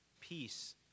peace